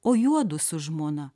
o juodu su žmona